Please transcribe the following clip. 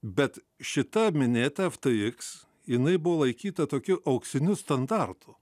bet šita minėta ftx jinai buvo laikyta tokiu auksiniu standartu